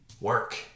work